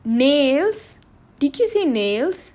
nails did you say nails